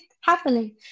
happening